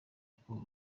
aruko